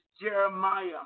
Jeremiah